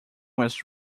was